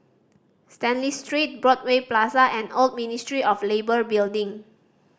Stanley Street Broadway Plaza and Old Ministry of Labour Building